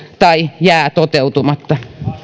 tai jää toteutumatta